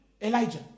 Elijah